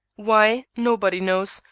why, nobody knows,